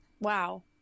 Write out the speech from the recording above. wow